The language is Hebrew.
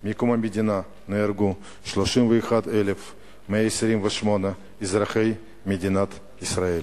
6. מקום המדינה נהרגו 31,128 אזרחי מדינת ישראל.